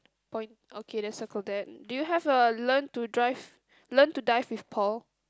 point okay then circle that do you have a learn to drive learn to dive with Paul